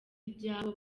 ibyabo